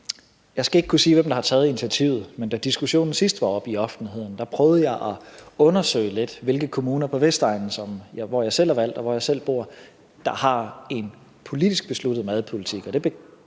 Jeg skal ikke kunne sige, hvem der har taget initiativet, men da diskussionen sidst var oppe i offentligheden, prøvede jeg at undersøge lidt, hvilke kommuner på Vestegnen, hvor jeg selv er valgt og bor, der har en politisk besluttet madpolitik.